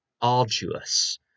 arduous